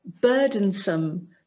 burdensome